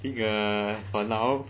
I think uh for now